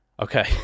Okay